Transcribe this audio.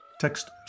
Text